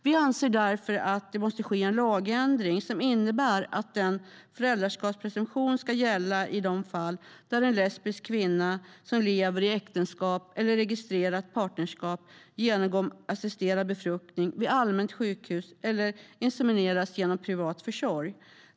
Vi anser därför att det måste ske en lagändring som innebär att en föräldraskapspresumtion ska gälla i de fall där en lesbisk kvinna som lever i äktenskap eller registrerat partnerskap genomgår assisterad befruktning vid allmänt sjukhus eller insemineras genom privat försorg.